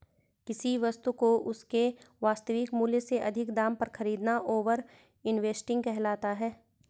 किसी वस्तु को उसके वास्तविक मूल्य से अधिक दाम पर खरीदना ओवर इन्वेस्टिंग कहलाता है